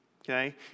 okay